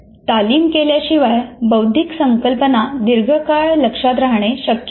तालीम केल्याशिवाय बौद्धिक संकल्पना दीर्घकाळ लक्षात राहणे शक्य नाही